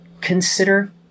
consider